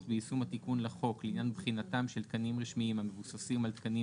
ביישום התיקון לחוק לעניין בחינתם של תקנים רשמיים המבוססים על תקנים